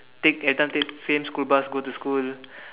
take that time take same school bus go to school